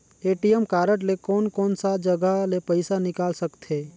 ATM card ले कोन कोन सा जगह ले पइसा निकाल सकथे?